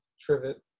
trivet